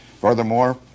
Furthermore